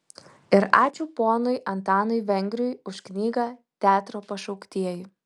ir ačiū ponui antanui vengriui už knygą teatro pašauktieji